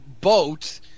boat